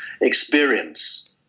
experience